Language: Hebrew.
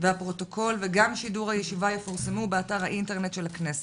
והפרוטוקול וגם שידור הישיבה יפורסמו באתר האינטרנט של הכנסת.